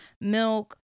milk